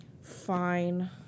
Fine